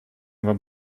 wam